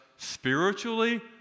spiritually